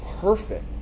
perfect